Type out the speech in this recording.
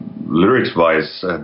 Lyrics-wise